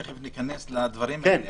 תכף ניכנס לדברים האלה.